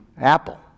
Apple